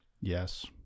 Yes